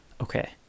Okay